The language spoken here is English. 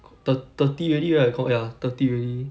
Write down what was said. thi~ thirty already right cal~ ya thirty already